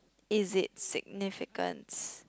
is it significance